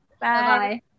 Bye